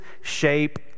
shape